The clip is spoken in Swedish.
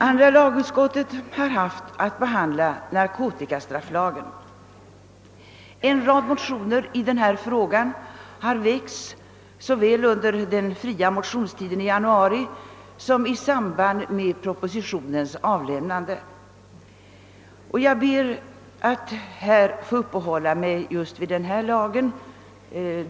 Andra lagutskottet har haft att behandla narkotikastrafflagen. En rad motioner har väckts i denna fråga såväl under den fria motionstiden i januari som i samband med propositionens avlämnande. Jag ber att här få uppehålla mig just vid denna lag, eftersom jag deltagit vid utskottsbehandlingen av frågan.